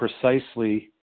precisely